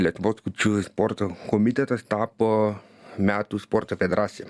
lietuvos kurčiųjų sporto komitetas tapo metų sporto federacija